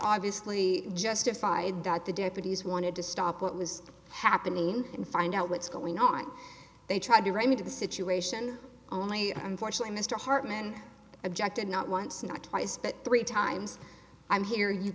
obviously justified dot deputies wanted to stop what was happening and find out what's going on they tried to remedy the situation only unfortunately mr hartman objected not once not twice but three times i'm here you